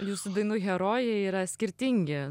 jūsų dainų herojai yra skirtingi